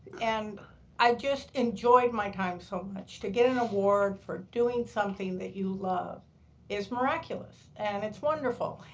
and i just enjoyed my time so much, to get an award for doing something that you love is miraculous and it's wonderful.